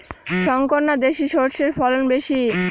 শংকর না দেশি সরষের ফলন বেশী?